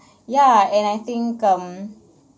yeah and I think um